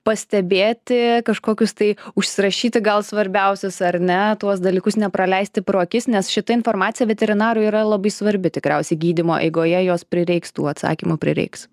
pastebėti kažkokius tai užsirašyti gal svarbiausius ar ne tuos dalykus nepraleisti pro akis nes šita informacija veterinarui yra labai svarbi tikriausiai gydymo eigoje jos prireiks tų atsakymų prireiks